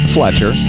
Fletcher